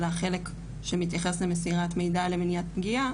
אלא החלק שמתייחס למסירת מידע למניעת פגיעה.